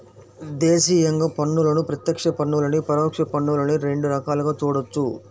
దేశీయంగా పన్నులను ప్రత్యక్ష పన్నులనీ, పరోక్ష పన్నులనీ రెండు రకాలుగా చూడొచ్చు